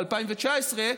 ב-2019,